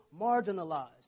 marginalized